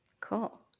Cool